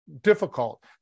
difficult